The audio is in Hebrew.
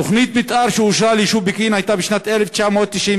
תוכנית המתאר אושרה ליישוב פקיעין בשנת 1991,